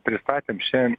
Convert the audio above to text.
pristatėm šiandien